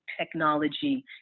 technology